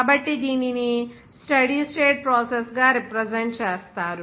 కాబట్టి దీనిని steady state process గా రిప్రజెంట్ చేస్తారు